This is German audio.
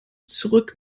zurück